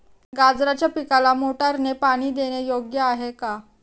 गाजराच्या पिकाला मोटारने पाणी देणे योग्य आहे का?